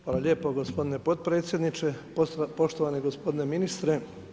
Hvala lijepo gospodine podpredsjedniče, poštovani gospodine ministre.